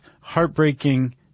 heartbreaking